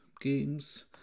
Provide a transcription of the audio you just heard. games